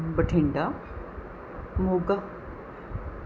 Bathinda Moga